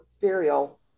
burial